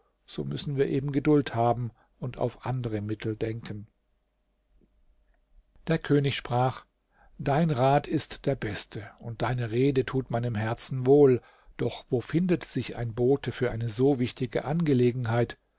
so müssen wir eben geduld haben und auf andere mittel denken der könig sprach dein rat ist der beste und deine rede tut meinem herzen wohl doch wo findet sich ein bote für eine so wichtige angelegenheit